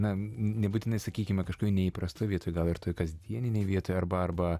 na nebūtinai sakykime kažkokioj neįprastoj vietoj gal ir toj kasdieninėj vietoj arba arba